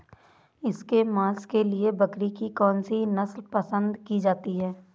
इसके मांस के लिए बकरी की कौन सी नस्ल पसंद की जाती है?